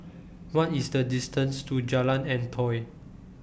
What IS The distance to Jalan Antoi